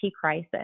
crisis